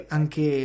anche